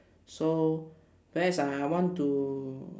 so best uh I want to